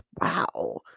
wow